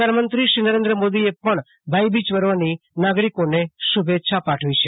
પ્રધાનમંત્રી નરેન્દ્ર મોદીએ પણ ભાઈબીજ પર્વની નાગરિકોને શુ ભેચ્છા પાઠવી છે